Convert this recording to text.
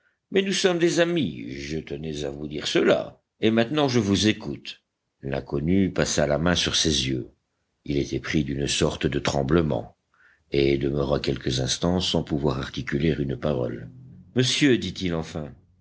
mais nous sommes des amis je tenais à vous dire cela et maintenant je vous écoute l'inconnu passa la main sur ses yeux il était pris d'une sorte de tremblement et demeura quelques instants sans pouvoir articuler une parole monsieur dit-il enfin